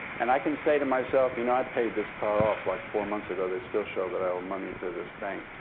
and i can say to myself, you know, i paid this car off like four months ago. they still show that i owe money to this bank.